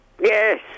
Yes